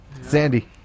Sandy